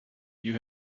you